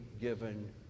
given